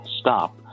stop